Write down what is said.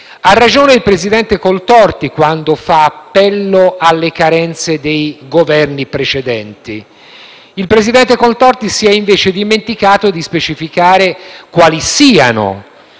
Ha ragione il presidente Coltorti, quando fa appello alle carenze dei Governi precedenti. Il presidente Coltorti si è invece dimenticato di specificare quali siano